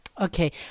Okay